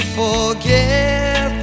forget